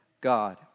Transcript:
God